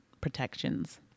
protections